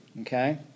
Okay